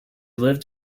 lived